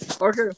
Okay